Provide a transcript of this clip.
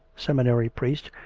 seminary priest,